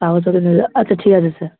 আমরা সবাই মিলে আচ্ছা ঠিক আছে স্যার